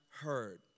heard